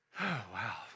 wow